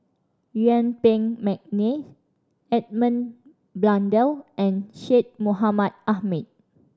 Yuen Peng McNeice Edmund Blundell and Syed Mohamed Ahmed